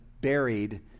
buried